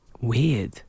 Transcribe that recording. weird